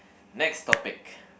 next topic